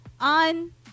on